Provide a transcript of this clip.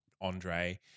Andre